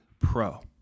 pro